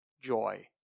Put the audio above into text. joy